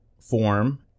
form